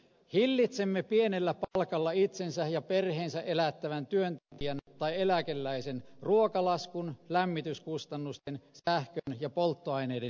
hillitsemme pienellä palkalla itsensä ja perheensä elättävän työntekijän tai eläkeläisen ruokalaskun lämmityskustannusten sähkön ja polttoaineiden hinnannousua